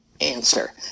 answer